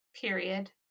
Period